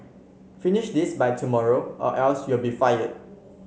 finish this by tomorrow or else you'll be fired